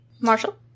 Marshall